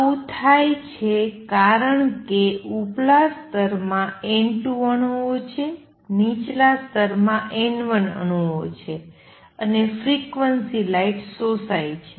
આવું થાય છે કારણ કે ઉપલા સ્તર માં N2 અણુઓ છે નીચલા સ્તર માં N1 અણુઓ છે અને ફ્રીક્વન્સી લાઇટ શોષાય છે